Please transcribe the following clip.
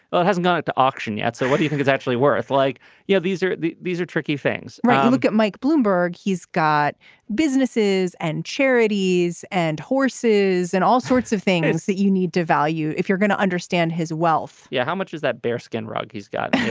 well it hasn't got to auction yet. so what do you think it's actually worth like you know these are these are tricky things right look at mike bloomberg. he's got businesses and charities and horses and all sorts of things that you need to value if you're going to understand his wealth yeah how much is that bear skin rug. he's got